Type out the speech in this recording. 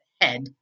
head